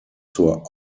zur